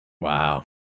Wow